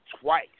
twice